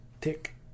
tick